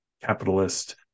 capitalist